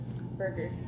burger